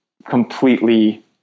completely